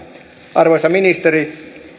arvoisa ministeri